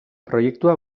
proiektua